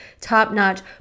top-notch